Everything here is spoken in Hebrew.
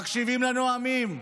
מקשיבים לנואמים,